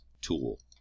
tool